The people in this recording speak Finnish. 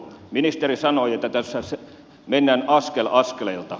ministeri sanoi että tässä mennään askel askeleelta